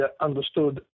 understood